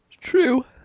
true